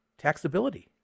taxability